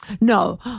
No